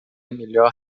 melhor